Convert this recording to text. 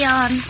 on